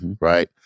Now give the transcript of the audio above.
Right